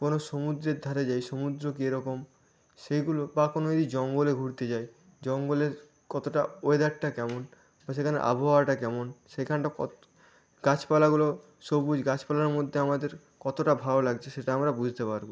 কোনো সমুদ্রের ধারে যাই সমুদ্র কীরকম সেগুলো বা কোনো যদি জঙ্গলে ঘুরতে যায় জঙ্গলের কতটা ওয়েদারটা কেমন বা সেখানে আবহাওয়াটা কেমন সেখানটা কত গাছাপালাগুলো সবুজ গাছপালার মধ্যে আমাদের কতটা ভালো লাগছে সেটা আমরা বুঝতে পারব